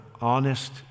honest